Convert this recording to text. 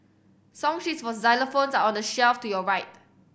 song sheets for xylophones are on the shelf to your right